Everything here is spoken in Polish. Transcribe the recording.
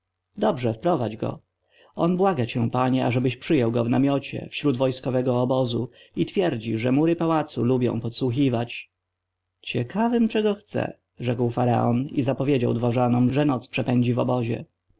dorze wprowadź go on błaga cię panie ażebyś przyjął go w namiocie wśród wojskowego obozu i twierdzi że mury pałacu lubią podsłuchiwać ciekawym czego chce rzekł faraon i zapowiedział dworzanom że noc przepędzi w